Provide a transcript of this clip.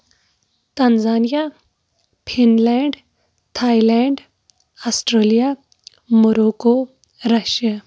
تَنزانیا Finland Thailand Australia Morocco Russian